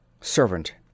Servant